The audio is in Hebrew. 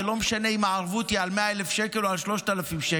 זה לא משנה אם הערבות היא על 100,000 שקל או על 3,000 שקל.